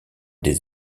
des